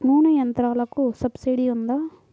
నూనె యంత్రాలకు సబ్సిడీ ఉందా?